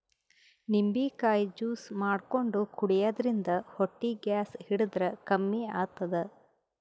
ನಿಂಬಿಕಾಯಿ ಜ್ಯೂಸ್ ಮಾಡ್ಕೊಂಡ್ ಕುಡ್ಯದ್ರಿನ್ದ ಹೊಟ್ಟಿ ಗ್ಯಾಸ್ ಹಿಡದ್ರ್ ಕಮ್ಮಿ ಆತದ್